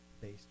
based